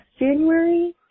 January